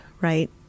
right